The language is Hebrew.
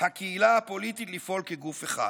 הקהילה הפוליטית לפעול כגוף אחד.